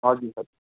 हजुर हजुर